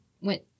went